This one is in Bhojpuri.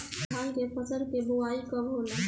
धान के फ़सल के बोआई कब होला?